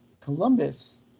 Columbus